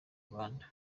rwanda